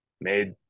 made